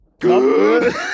Good